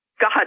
God